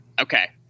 Okay